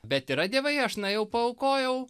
bet yra dievai aš nuėjau paaukojau